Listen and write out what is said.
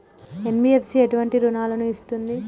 NBFC ఎటువంటి రుణాలను ఇస్తుంది?